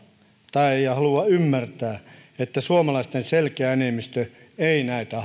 tai ei halua ymmärtää että suomalaisten selkeä enemmistö ei näitä